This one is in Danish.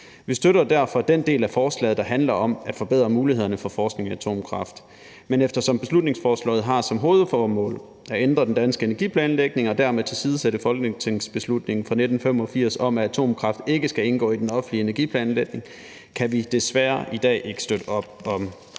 Vi støtter derfor den del af forslaget, der handler om at forbedre mulighederne for forskning i atomkraft. Men eftersom beslutningsforslaget har som hovedformål at ændre den danske energiplanlægning og dermed tilsidesætte folketingsbeslutningen fra 1985 om, at atomkraft ikke skal indgå i den offentlige energiplanlægning, kan vi desværre i dag ikke støtte op om